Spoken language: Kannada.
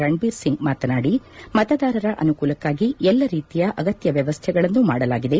ರಣಬೀರ್ ಸಿಂಗ್ ಮಾತನಾಡಿ ಮತದಾರರ ಅನುಕೂಲಕ್ಷಾಗಿ ಎಲ್ಲ ರೀತಿಯ ಅಗತ್ಯ ವ್ಯವಸ್ವೆಗಳನ್ನು ಮಾಡಲಾಗಿದೆ